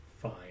fine